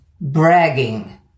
Bragging